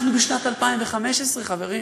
אנחנו בשנת 2015, חברים.